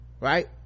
right